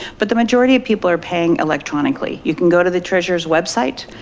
but the majority of people are paying electronically. you can go to the treasurer's website,